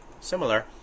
similar